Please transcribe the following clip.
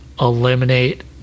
eliminate